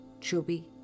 chubby